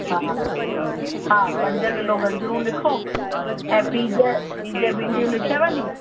हा हा पंज किलो गजरू लिखो ऐं बीज बीज भिंडियूं लिखयव नी